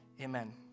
Amen